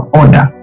order